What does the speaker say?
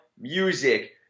music